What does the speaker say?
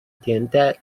teniente